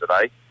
today